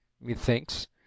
methinks